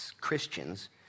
Christians